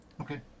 Okay